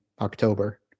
October